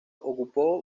ocupó